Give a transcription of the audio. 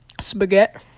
Spaghetti